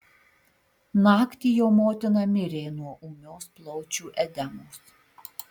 naktį jo motina mirė nuo ūmios plaučių edemos